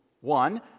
one